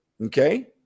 okay